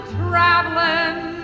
traveling